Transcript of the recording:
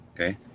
Okay